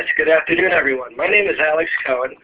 good afternoon, everyone. my name is alex cohen,